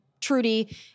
Trudy